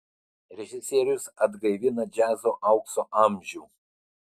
režisierius atgaivina džiazo aukso amžių